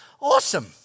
Awesome